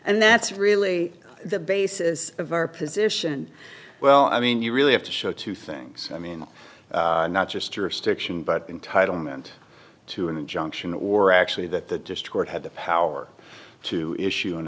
and that's really the basis of our position well i mean you really have to show two things i mean not just jurisdiction but entitlement to an injunction or actually that the just court had the power to issue an